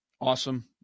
Awesome